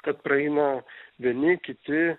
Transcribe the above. kad praeina vieni kiti